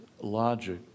logic